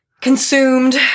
consumed